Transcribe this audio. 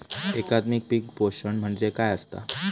एकात्मिक पीक पोषण म्हणजे काय असतां?